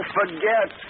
forget